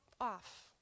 off